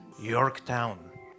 Yorktown